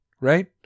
right